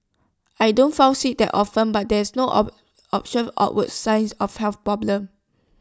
I don't fall sick that often but there are no option outward signs of health problems